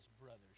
brothers